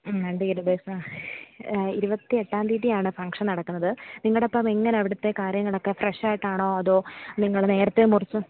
രണ്ട് kilo beef ഇരുപത്തിയെട്ടാം തീയതിയാണ് ഫംഗ്ഷൻ നടക്കുന്നത് നിങ്ങളുടെ അപ്പം എങ്ങനെയാണ് അവിടുത്തെ കാര്യങ്ങളൊക്കെ ഫ്രഷ് ആയിട്ടാണോ അതോ നിങ്ങൾ നേരത്തേ മുറിച്ച്